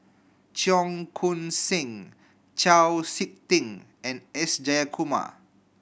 Cheong Koon Seng Chau Sik Ting and S Jayakumar